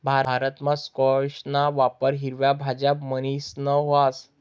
भारतमा स्क्वैशना वापर हिरवा भाज्या म्हणीसन व्हस